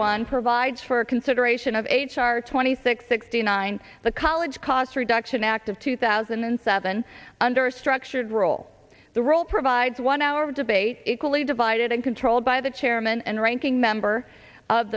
one provides for consideration of h r twenty six sixty nine the college cost reduction act of two thousand and seven under structured role the role provides one hour of debate equally divided and controlled by the chairman and ranking member of